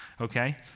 okay